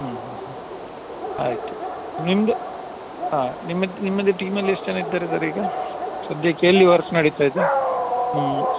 ಹ್ಞೂ ಹ್ಞೂ ಹ್ಞೂ ಆಯಿತು ನಿಮ್ಮದು ಹಾಂ ನಿಮ್ಮದು ನಿಮ್ದು ಟೀಮಲ್ಲಿ ಎಷ್ಟು ಜನ ಇದ್ದಾರೆ ಸರ್ ಈಗ ಸದ್ಯಕ್ಕೆ ಎಲ್ಲಿ ವರ್ಕ್ ನಡಿತಾ ಇದೆ ಹ್ಞೂ